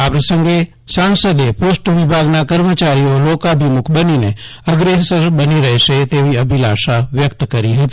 આ પ્રસંગે સાંસદે પોસ્ટ વિભાગના કર્મયોગીઓ લોકાભિમુખ બનીને અગ્રેસર બની રહેશે તેવી અભિલાષા વ્યકત કરી હતી